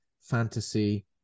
fantasy